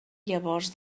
llavors